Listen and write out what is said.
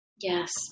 yes